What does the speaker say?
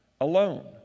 alone